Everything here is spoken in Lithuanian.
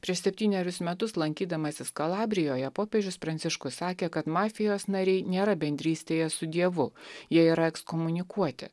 prieš septynerius metus lankydamasis kalabrijoje popiežius pranciškus sakė kad mafijos nariai nėra bendrystėje su dievu jie yra ekskomunikuoti